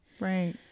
Right